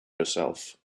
herself